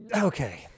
okay